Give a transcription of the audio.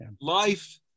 Life